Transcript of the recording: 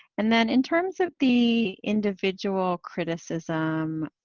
and then in terms of the individual criticism,